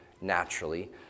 naturally